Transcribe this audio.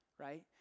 right